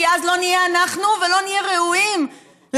כי אז לא נהיה אנחנו ולא נהיה ראויים לאמון